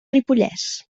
ripollès